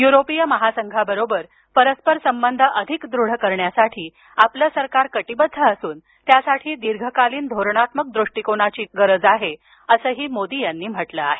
युरोपीय महासंघाबरोबर परस्पर संबंध अधिक दृढ करण्यासाठी आपलं सरकार कटिबद्ध असून त्यासाठी दीर्घकालीन धोरणात्मक दृष्टीकोनाची गरज आहे असंही मोदी यांनी म्हटलं आहे